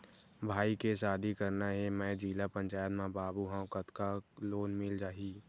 भाई के शादी करना हे मैं जिला पंचायत मा बाबू हाव कतका लोन मिल जाही?